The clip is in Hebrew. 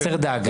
הסר דאגה.